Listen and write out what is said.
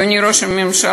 אדוני ראש הממשלה,